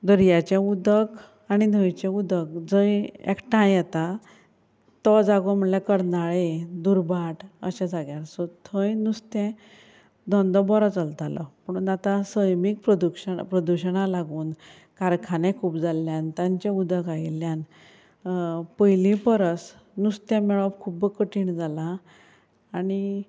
दर्याचें उदक आनी न्हंयचें उदक जंय एकठांय येता तो जागो म्हणल्यार कर्नाळें दुर्भाट अशें जाग्यार सो थंय नुस्तें धंदो बरो चलतालो पुणून आतां सैमीक प्रदूशण प्रदुशणाक लागून कारखाने खूब जाल्ल्यान तांचें उदक आयिल्ल्यान पयलीं परस नुस्तें मेळप खूब कठीण जालां आनी